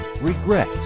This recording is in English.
regret